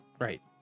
Right